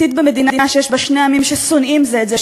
עתיד במדינה שיש בה שני עמים ששונאים זה את זה,